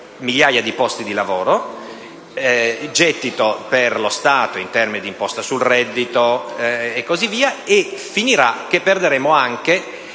migliaia di posti di lavoro, gettito per lo Stato in termini di imposta sul reddito e finiremo per perdere anche